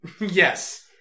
Yes